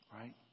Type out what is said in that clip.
right